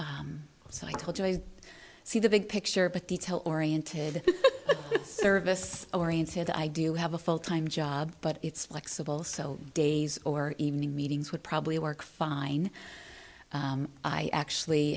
so i totally see the big picture but detail oriented service oriented i do have a full time job but it's flexible so days or evening meetings would probably work fine i actually